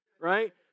right